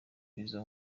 izo